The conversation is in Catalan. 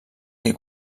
que